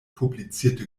publizierte